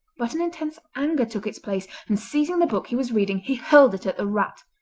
but an intense anger took its place, and seizing the book he was reading he hurled it at the rat.